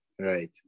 right